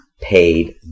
paid